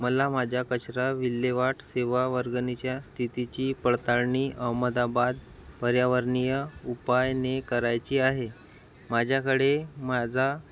मला माझ्या कचरा विल्हेवाट सेवा वर्गणीच्या स्थितीची पडताळणी अहमदाबाद पर्यावरणीय उपायनेे करायची आहे माझ्याकडे माझा